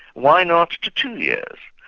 why not to two years?